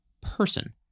person